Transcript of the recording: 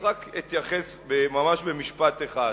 אז אתייחס ממש במשפט אחד.